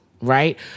right